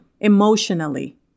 emotionally